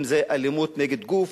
אם אלימות נגד גוף,